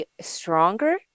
stronger